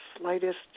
slightest